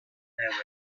newydd